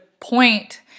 point